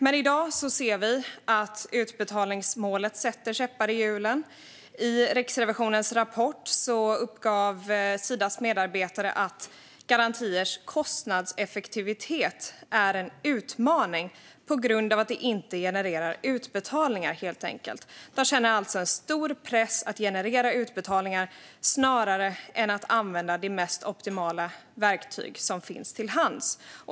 Men i dag ser vi att utbetalningsmålet sätter käppar i hjulen. I Riksrevisionens rapport uppgav Sidas medarbetare att garantiers kostnadseffektivitet är en utmaning, helt enkelt på grund av att de inte genererar utbetalningar. Medarbetarna känner alltså en stor press att generera utbetalningar snarare än att använda de mest optimala verktyg som finns till hands.